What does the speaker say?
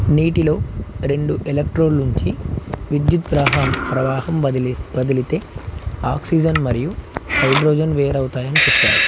నీటిలో రెండు ఎలక్ట్రోడ్లు ఉంచి విద్యుత్ ప్రహం ప్రవాహం వదిలి వదిలితే ఆక్సిజన్ మరియు హైడ్రోజన్ వేరవుతాయని చెప్పారు